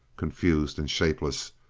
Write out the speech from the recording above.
confused and shapeless,